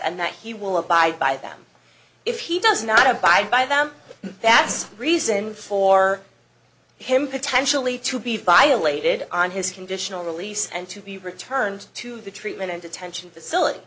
and that he will abide by them if he does not abide by them that's reason for him potentially to be violated on his conditional release and to be returned to the treatment and detention